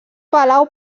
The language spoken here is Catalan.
palau